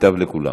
ייטב לכולם.